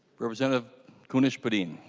representative kunesh-podein